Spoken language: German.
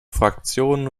fraktionen